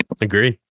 agree